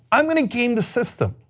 i'm going to game the system,